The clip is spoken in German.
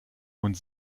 und